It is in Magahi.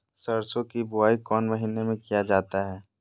सरसो की बोआई कौन महीने में किया जाता है?